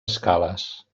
escales